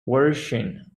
version